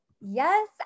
Yes